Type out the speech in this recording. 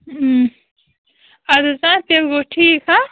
اَدٕ حظ تیٚلہِ گوٚو ٹھیٖک ہا